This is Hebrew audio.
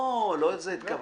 לא לזה התכוונתי.